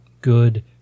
good